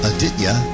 Aditya